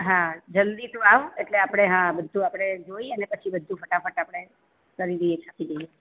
હા જલદી તું આવ એટલે આપણે હા બધું આપણે જોઈ અને પછી બધું ફટાફટ આપણે કરી દઈએ છાપી દઈએ